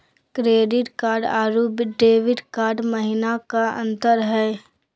Credit card अरू debit card महिना का अंतर हई?